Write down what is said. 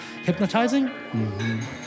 hypnotizing